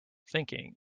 thinking